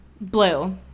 blue